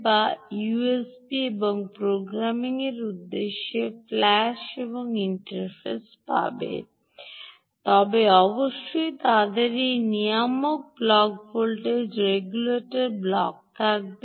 যা ইউএসবি থেকে প্রোগ্রামিংয়ের উদ্দেশ্যে ফ্ল্যাশ এবং ইন্টারফেস পাবে তবে অবশ্যই তাদের এই নিয়ামক ব্লক ভোল্টেজ রেগুলেটর ব্লক থাকবে